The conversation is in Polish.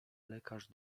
lekarz